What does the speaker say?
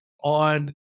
on